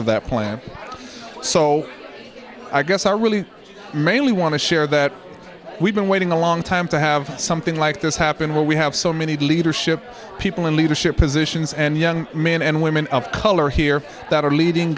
of that plan so i guess i really mainly want to share that we've been waiting a long time to have something like this happen where we have so many leadership people in leadership positions and young men and women of color here that are leading